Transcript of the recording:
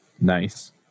Nice